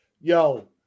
Yo